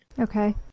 Okay